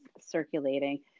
circulating